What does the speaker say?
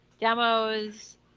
demos